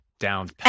Down